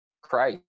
Christ